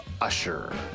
Usher